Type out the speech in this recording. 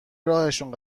راهشون